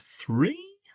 Three